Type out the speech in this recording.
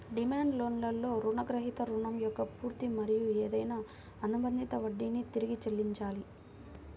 demand లోన్లో రుణగ్రహీత రుణం యొక్క పూర్తి మరియు ఏదైనా అనుబంధిత వడ్డీని తిరిగి చెల్లించాలి